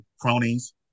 cronies